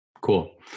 Cool